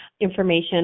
information